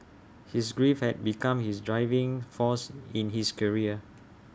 his grief had become his driving force in his career